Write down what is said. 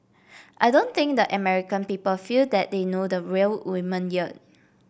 I don't think that American people feel that they know the real woman yet